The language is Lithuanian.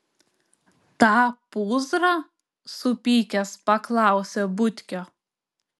tą pūzrą supykęs paklausė butkio